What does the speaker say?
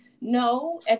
No